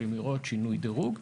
יכולים לראות שינוי דירוג.